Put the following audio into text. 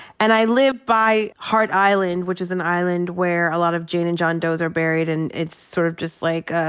and i lived by heart island, which is an island where a lot of jane and john does are buried, and it's sort of just like